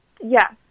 Yes